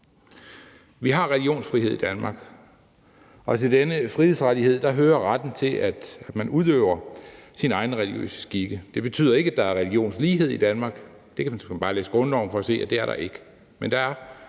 Vi har religionsfrihed i Danmark, og til denne frihedsrettighed hører retten til, at man udøver sine egne religiøse skikke. Det betyder ikke, at der er religionslighed i Danmark, man kan såmænd bare læse grundloven for at se, at det er der ikke. Men der er